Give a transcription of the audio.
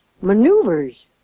Maneuvers